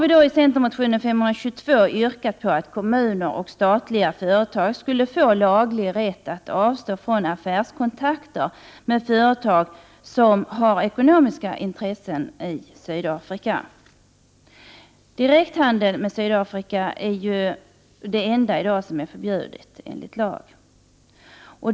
I centermotionen US522 yrkar vi att kommuner och statliga företag skall få laglig rätt att avstå från affärskontakter med företag som har ekonomiska intressen i Sydafrika. Direkt handel med Sydafrika är det enda som i dag är förbjudet enligt lag.